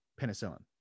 penicillin